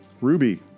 Ruby